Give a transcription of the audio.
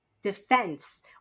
defense